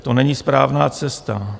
To není správná cesta.